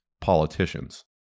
politicians